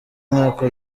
mwaka